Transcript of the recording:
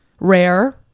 rare